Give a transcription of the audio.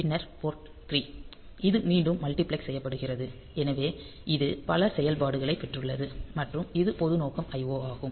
பின்னர் போர்ட் 3 இது மீண்டும் மல்டிபிளக்ஸ் செய்யப்படுகிறது எனவே இது பல செயல்பாடுகளைப் பெற்றுள்ளது மற்றும் இது பொது நோக்கம் IO ஆகும்